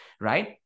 right